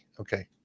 okay